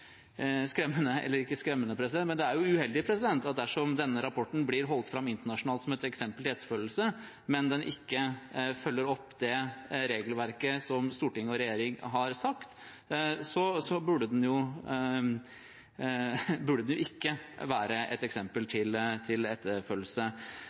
uheldig dersom denne rapporten blir holdt fram internasjonalt som et eksempel til etterfølgelse, men ikke følger opp det regelverket som storting og regjering har vedtatt. Da burde den ikke være et eksempel til etterfølgelse. Vi får komme tilbake til